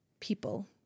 people